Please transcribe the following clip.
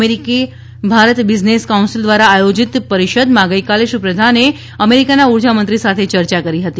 America Bharat business council દ્વારા આયોજીત પરિષદમાં ગઇકાલે શ્રી ધર્મેન્દ્ર પ્રધાને અમેરીકાના ઉર્જામંત્રી સાથે ચર્ચા કરી હતી